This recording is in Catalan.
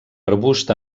arbust